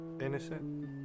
Innocent